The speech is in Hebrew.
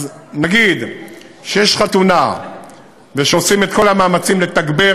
אז נגיד שיש חתונה ושעושים את כל המאמצים לתגבר